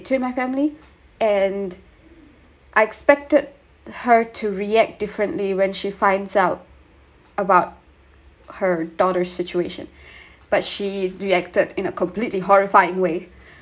to my family and I expected her to react differently when she finds out about her daughter's situation but she reacted in a completely horrifying way